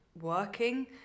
working